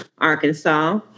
Arkansas